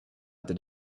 did